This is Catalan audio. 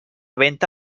venda